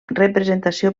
representació